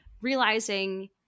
realizing